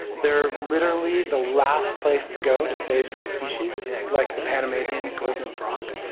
they are literally the last place to go to save some species, like the panamanian golden frog,